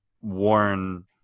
warn